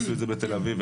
עשו את זה בתל אביב,